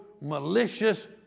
malicious